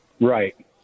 Right